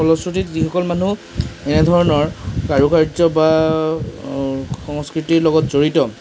ফলশ্ৰুতিত যিসকল মানুহ এনে ধৰণৰ কাৰুকাৰ্য বা সংস্কৃতিৰ লগত জড়িত